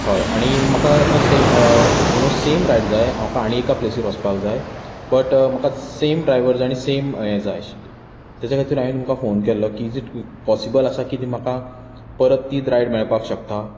हय आनी म्हाका आतां same you know same ride जाय आनी एका प्लेसिर वचपाक जाय बट म्हाका सेम ड्रायव्हर जाय आनी सेम ये जाय आशिल्ले ताज्या खातीर हांवें तुमकां फोन केल्लो इज इट पॉसिबल आसा की तुमी म्हाका परत तीच रायड मेळपाक शकता